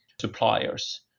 suppliers